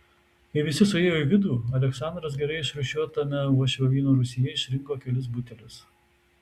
kai visi suėjo į vidų aleksandras gerai išrūšiuotame uošvio vyno rūsyje išrinko kelis butelius